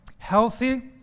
healthy